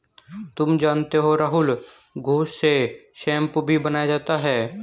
तुम जानते हो राहुल घुस से शैंपू भी बनाया जाता हैं